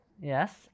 Yes